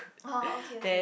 oh okay okay